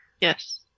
Yes